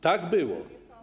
Tak było.